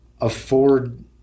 afford